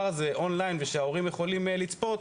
הזה און-ליין ושההורים יכולים לצפות,